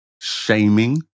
shaming